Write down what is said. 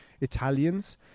Italians